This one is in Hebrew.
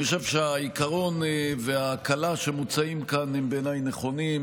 אני חושב שהעיקרון וההקלה שמוצעים כאן הם נכונים,